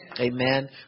Amen